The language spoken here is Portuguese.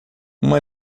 uma